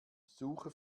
suche